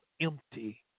empty